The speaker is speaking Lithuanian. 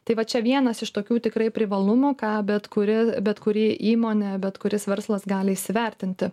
tai va čia vienas iš tokių tikrai privalumų ką bet kuri bet kuri įmonė bet kuris verslas gali įsivertinti